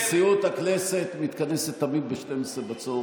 נשיאות הכנסת מתכנסת תמיד ב-12:00.